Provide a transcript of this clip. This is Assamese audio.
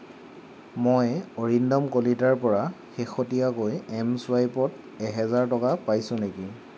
মই অৰিন্দম কলিতাৰ পৰা শেহতীয়াকৈ এম চুৱাইপত এহেজাৰ টকা পাইছোঁ নেকি